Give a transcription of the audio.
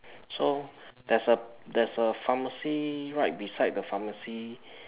so there's a there's a pharmacy right beside the pharmacy